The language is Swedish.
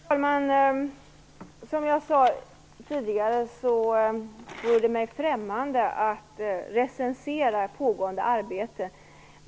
Fru talman! Som jag sade tidigare vore det mig främmande att recensera pågående arbete.